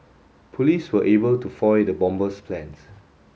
police were able to foil the bomber's plans